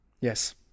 Yes